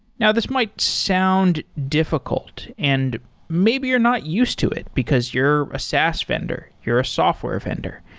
now, this might sound difficult and maybe you're not used to it because you're a saas vendor. you're a software vendor,